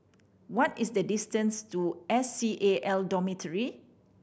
what is the distance to S C A L Dormitory